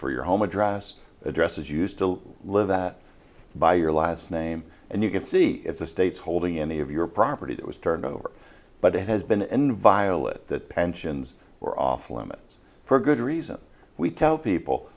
for your home address addresses you still live that by your last name and you can see the states holding any of your property that was turned over but it has been inviolate that pensions or off limits for good reason we tell people